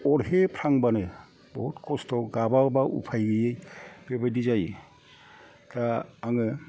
अरहेफ्रांबानो बहुद खस्थ' गाबाबा उफाय गैयै बेबादि जायो दा आङो